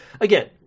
again